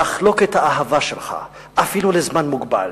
לחלוק את האהבה שלך, אפילו לזמן מוגבל,